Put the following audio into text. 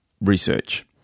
research